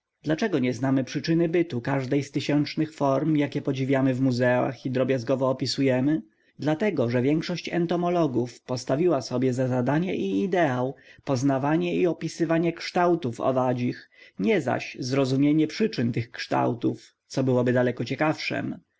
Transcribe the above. dlaczego nie znamy przyczyny bytu każdej z tysiącznych form jakie podziwiamy w muzeach i drobiazgowo opisujemy dlatego że większość entomologów postawiła sobie za zadanie i ideał poznawanie i opisywanie kształtów owadzich nie zaś zrozumienie przyczyn tych kształtów co byłoby daleko ciekawszem